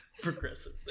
progressive